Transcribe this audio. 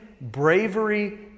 bravery